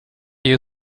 you